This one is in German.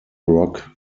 rock